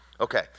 Okay